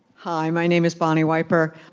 hi. my name is bonnie wiper.